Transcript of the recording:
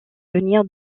venir